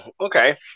okay